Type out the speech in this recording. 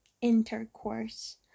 intercourse